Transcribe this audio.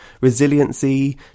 resiliency